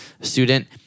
student